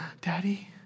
Daddy